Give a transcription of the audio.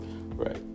Right